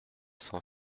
cent